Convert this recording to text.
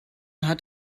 hat